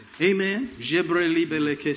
Amen